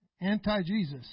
Anti-Jesus